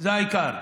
זה העיקר.